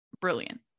brilliant